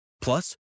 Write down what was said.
Plus